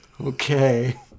Okay